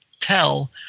tell